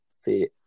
see